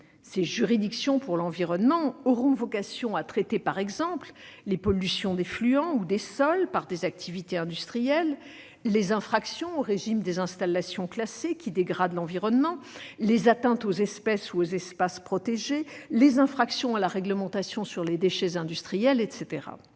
Ces juridictions pour l'environnement auront vocation à traiter, par exemple, les pollutions d'effluents ou des sols par des activités industrielles, les infractions au régime des installations classées qui dégradent l'environnement, les atteintes aux espèces ou aux espaces protégés, les infractions à la réglementation sur les déchets industriels, etc.